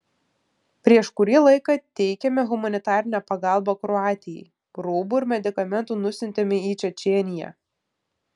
prieš kurį laiką teikėme humanitarinę pagalbą kroatijai rūbų ir medikamentų nusiuntėme į čečėniją